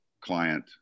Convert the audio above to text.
client